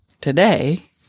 today